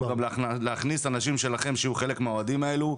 להכניס אנשים שלכם שיהיו חלק מהאוהדים האלו,